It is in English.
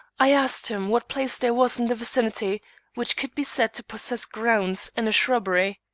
i asked him what place there was in the vicinity which could be said to possess grounds and a shrubbery.